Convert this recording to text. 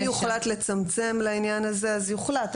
אם יוחלט לצמצם לעניין הזה אז יוחלט,